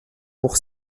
pour